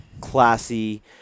classy